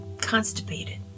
constipated